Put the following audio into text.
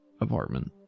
apartment